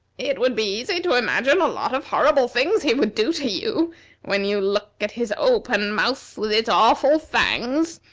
it would be easy to imagine a lot of horrible things he would do to you when you look at his open mouth with its awful fangs,